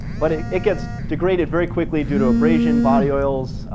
but it it gets degraded very quickly due to abrasion, body oils,